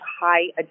high